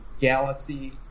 galaxy